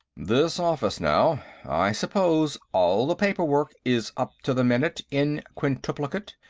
this office, now i suppose all the paperwork is up to the minute in quintulplicate,